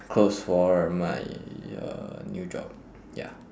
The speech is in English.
clothes for my uh new job